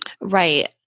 Right